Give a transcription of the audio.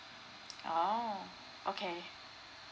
oh okay